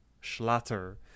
Schlatter